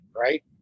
right